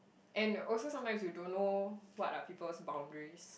and also sometimes you don't know what are people's boundaries